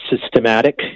systematic